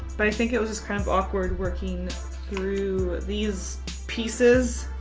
but i think it was just kind of awkward working through these pieces.